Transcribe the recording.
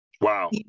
wow